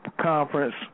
conference